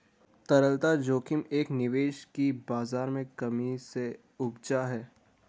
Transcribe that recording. तरलता जोखिम एक निवेश की बाज़ार में कमी से उपजा है